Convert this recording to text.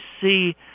see